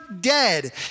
dead